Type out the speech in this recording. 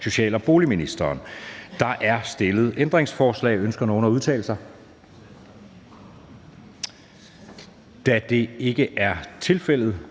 næstformand (Jeppe Søe): Der er stillet ændringsforslag. Ønsker nogen at udtale sig? Da det ikke er tilfældet,